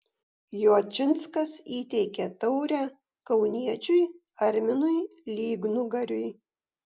jočinskas įteikė taurę kauniečiui arminui lygnugariui